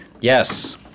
Yes